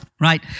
Right